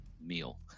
meal